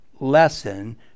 lesson